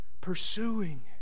pursuing